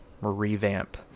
revamp